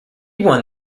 won